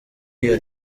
iyo